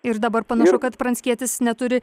ir dabar panašu kad pranckietis neturi